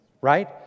right